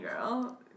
girl